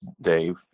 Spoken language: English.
dave